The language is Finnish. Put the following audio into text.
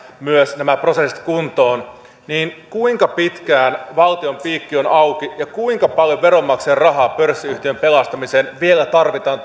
myös nämä prosessit kuntoon niin kuinka pitkään valtion piikki on auki ja kuinka paljon veronmaksajien rahaa pörssiyhtiön pelastamiseen vielä tarvitaan